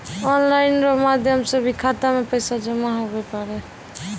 online रो माध्यम से भी खाता मे पैसा जमा हुवै पारै